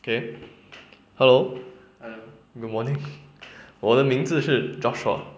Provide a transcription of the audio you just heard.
okay hello good morning 我的名字是 joshua